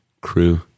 crew